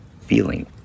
feeling